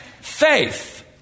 faith